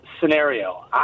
scenario